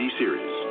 series